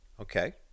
Okay